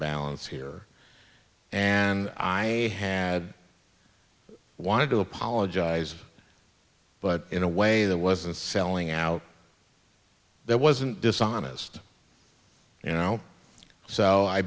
balance here and i had wanted to apologize but in a way that wasn't selling out there wasn't dishonest you know so i